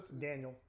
Daniel